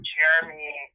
Jeremy